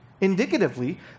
indicatively